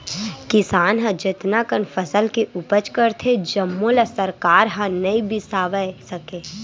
किसान ह जतना कन फसल के उपज करथे जम्मो ल सरकार ह नइ बिसावय सके